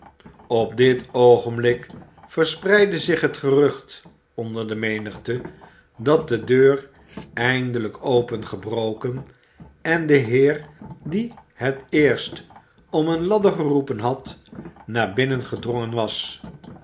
op dit oogenblik verspreidde zich het gerucht onder de menigte dat de deur eindelijk opengebroken en de heer die het eerst om eene ladder geroepen had naar binnen gedrongen was